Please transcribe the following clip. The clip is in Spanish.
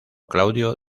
claudio